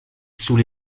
sous